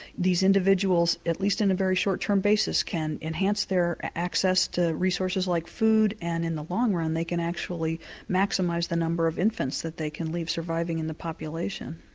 these individuals, at least on a very short-term basis, can enhance their access to resources like food, and in the long run they can actually maximise the number of infants that they can leave surviving in the population.